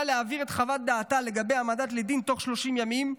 להעביר את חוות דעתה לגבי העמדה לדין תוך 30 ימים,